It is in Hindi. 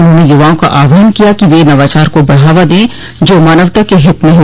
उन्होंने युवाओं का आह्वान किया कि वे नवाचार को बढ़ावा दें जो मानवता के हित में हो